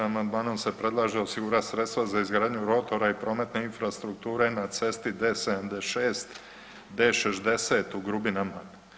Amandman se predlaže osigurati sredstva za izgradnju rotora i prometne infrastrukture na cesti D76, D60 u Grubinama.